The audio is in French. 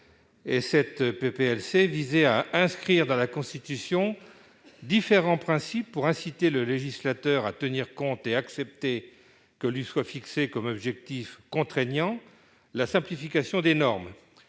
visait à inscrire dans la Constitution différents principes pour inciter le législateur à accepter que lui soient fixés comme objectifs contraignants la simplification des normes